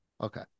Okay